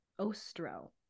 Ostro